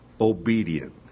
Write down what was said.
obedient